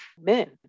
men